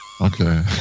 Okay